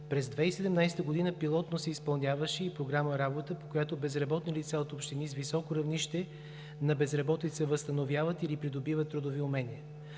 През 2017 г. пилотно се изпълняваше и програма „Работа“, по която безработни лица от общини с високо равнище на безработица възстановяват или придобиват трудови умения.